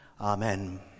Amen